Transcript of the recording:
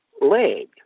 leg